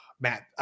Matt